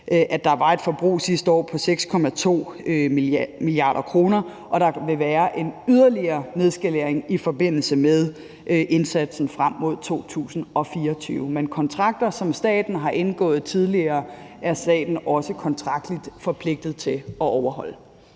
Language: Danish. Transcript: at der var et forbrug sidste år på 6,2 mia. kr., og der vil være en yderligere nedskalering i forbindelse med indsatsen frem mod 2024. Men kontrakter, som staten har indgået tidligere, er staten også kontraktligt forpligtet til at overholde.